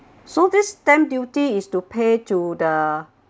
so this stamp duty is to pay to the